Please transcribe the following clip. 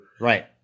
Right